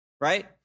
Right